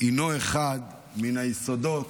הינו אחד מן היסודות